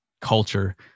culture